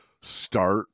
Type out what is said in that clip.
start